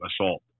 assault